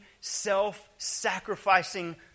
self-sacrificing